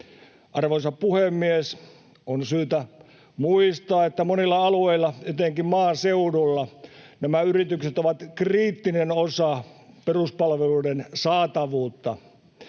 Arvoisa puhemies! On syytä muistaa, että monilla alueilla, etenkin maaseudulla, nämä yritykset ovat kriittinen osa peruspalveluiden saatavuutta.